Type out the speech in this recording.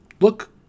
look